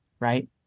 right